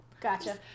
Gotcha